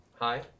Hi